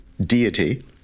deity